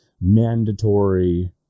mandatory